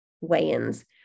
weigh-ins